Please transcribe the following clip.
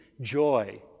joy